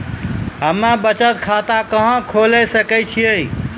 हम्मे बचत खाता कहां खोले सकै छियै?